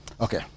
Okay